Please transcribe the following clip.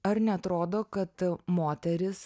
ar neatrodo kad moteris